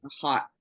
hot